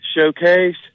showcase